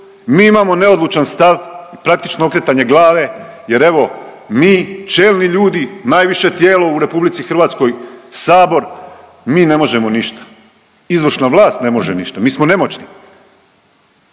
mi imamo neodlučan stav praktično okretanje glave jer evo mi čelni ljudi, najviše tijelo u RH, sabor, mi ne možemo ništa. Izvršna vlast ne može ništa. Mi smo nemoćni.